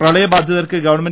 പ്രളയബാധിതർക്ക് ഗവു